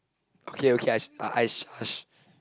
okay okay I sh~ I sh~